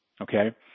Okay